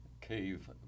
cave